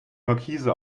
markise